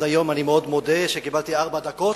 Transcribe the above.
אז אני מודה מאוד על שקיבלתי ארבע דקות.